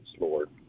lord